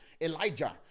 Elijah